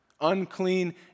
unclean